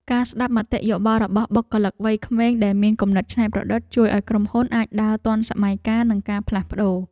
ការស្ដាប់មតិយោបល់របស់បុគ្គលិកវ័យក្មេងដែលមានគំនិតច្នៃប្រឌិត ជួយឱ្យក្រុមហ៊ុនអាចដើរទាន់សម័យកាលនិងការផ្លាស់ប្តូរ។